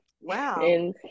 Wow